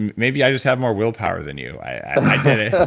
and maybe i just have more willpower than you. i did it. yeah